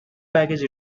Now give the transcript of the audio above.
package